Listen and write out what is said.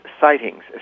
sightings